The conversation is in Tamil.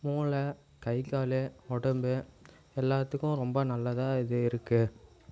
மூளை கை கால் உடம்பு எல்லாத்துக்கும் ரொம்ப நல்லதாக இது இருக்கு